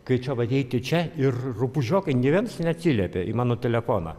kai čia va eiti čia ir rupūžiokai nė viens neatsiliepė į mano telefoną